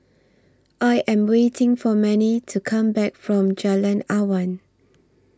I Am waiting For Mannie to Come Back from Jalan Awan